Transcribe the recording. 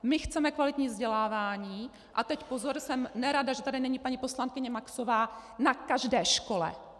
My chceme kvalitní vzdělávání, a teď pozor jsem nerada, že tady není paní poslankyně Maxová na každé škole.